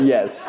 Yes